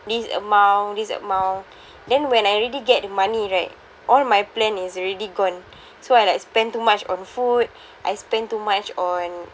this amount this amount then when I already get the money right all my plan is already gone so I like spend too much on food I spend too much on